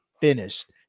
finished